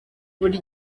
buri